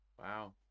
Wow